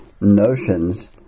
notions